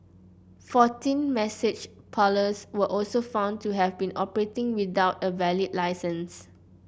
fourteen massage parlours were also found to have been operating without a valid licence